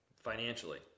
Financially